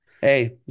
Hey